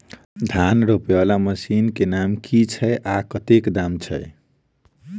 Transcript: धान रोपा वला मशीन केँ नाम की छैय आ कतेक दाम छैय?